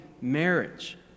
marriage